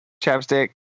chapstick